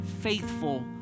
faithful